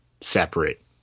separate